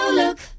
look